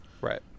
Right